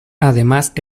además